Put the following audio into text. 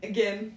Again